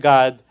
God